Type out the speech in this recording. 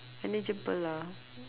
manageable lah